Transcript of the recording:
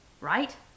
right